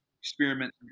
experiment